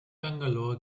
bangalore